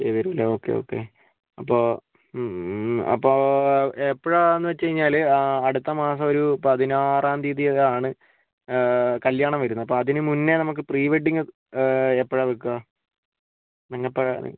ചെയ്തുതരും അല്ലേ okay okay അപ്പോൾ അപ്പോൾ എപ്പോഴാന്നു വെച്ചു കഴിഞ്ഞാല് അടുത്തമാസം ഒരു പതിനാറാം തീയതിയൊക്കെ ആണ് കല്യാണം വരുന്നത് അപ്പം അതിനു മുന്നേ നമുക്ക് പ്രീവെഡിങ് എപ്പഴാണ് വെക്കുക നിങ്ങൾ എപ്പഴാണ്